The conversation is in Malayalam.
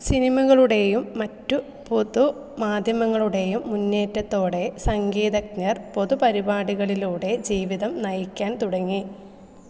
സിനിമകളുടെയും മറ്റു പൊതു മാധ്യമങ്ങളുടെയും മുന്നേറ്റത്തോടെ സംഗീതജ്ഞർ പൊതു പരിപാടികളിലൂടെ ജീവിതം നയിക്കാൻ തുടങ്ങി